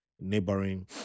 neighboring